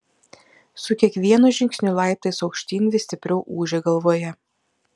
su kiekvienu žingsniu laiptais aukštyn vis stipriau ūžė galvoje